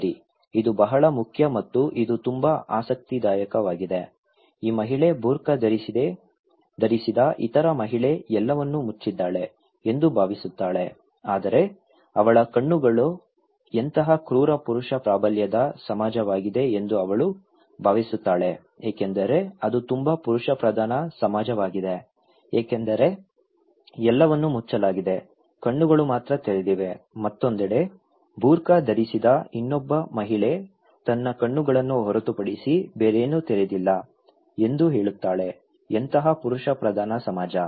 ಸರಿ ಇದು ಬಹಳ ಮುಖ್ಯ ಮತ್ತು ಇದು ತುಂಬಾ ಆಸಕ್ತಿದಾಯಕವಾಗಿದೆ ಈ ಮಹಿಳೆ ಬುರ್ಕಾ ಧರಿಸಿದ ಇತರ ಮಹಿಳೆ ಎಲ್ಲವನ್ನೂ ಮುಚ್ಚಿದ್ದಾಳೆ ಎಂದು ಭಾವಿಸುತ್ತಾಳೆ ಆದರೆ ಅವಳ ಕಣ್ಣುಗಳು ಎಂತಹ ಕ್ರೂರ ಪುರುಷ ಪ್ರಾಬಲ್ಯದ ಸಮಾಜವಾಗಿದೆ ಎಂದು ಅವಳು ಭಾವಿಸುತ್ತಾಳೆ ಏಕೆಂದರೆ ಅದು ತುಂಬಾ ಪುರುಷ ಪ್ರಧಾನ ಸಮಾಜವಾಗಿದೆ ಏಕೆಂದರೆ ಎಲ್ಲವನ್ನೂ ಮುಚ್ಚಲಾಗಿದೆ ಕಣ್ಣುಗಳು ಮಾತ್ರ ತೆರೆದಿವೆ ಮತ್ತೊಂದೆಡೆ ಬುರ್ಕಾ ಧರಿಸಿದ ಇನ್ನೊಬ್ಬ ಮಹಿಳೆ ತನ್ನ ಕಣ್ಣುಗಳನ್ನು ಹೊರತುಪಡಿಸಿ ಬೇರೇನೂ ತೆರೆದಿಲ್ಲ ಎಂದು ಹೇಳುತ್ತಾಳೆ ಎಂತಹ ಪುರುಷ ಪ್ರಧಾನ ಸಮಾಜ